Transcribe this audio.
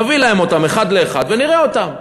נביא להם אותם אחד לאחד ונראה אותם.